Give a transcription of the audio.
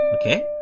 okay